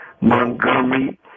Montgomery